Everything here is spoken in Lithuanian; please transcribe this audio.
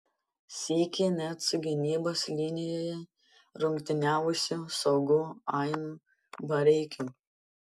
sykį net su gynybos linijoje rungtyniavusiu saugu ainu bareikiu